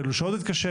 באיזה שעות התקשר.